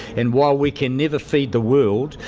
and while we can never feed the world,